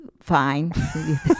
fine